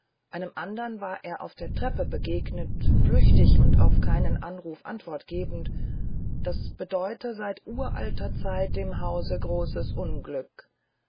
einem andern war er auf der treppe begegnet flüchtig und auf keinen anruf antwort gebend das bedeute seit uralter zeit dem hause großes unglück